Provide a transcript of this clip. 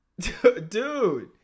Dude